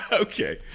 Okay